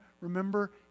remember